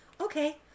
okay